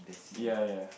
ya ya